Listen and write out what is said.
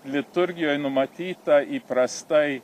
liturgijoj numatyta įprastai